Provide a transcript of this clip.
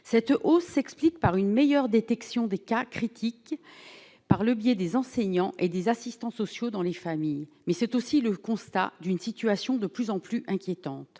2017, 7 E O s'explique par une meilleure détection des cas critiques, par le biais des enseignants et des assistants sociaux, dans les familles, mais c'est aussi le constat d'une situation de plus en plus inquiétante